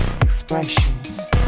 expressions